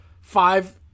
five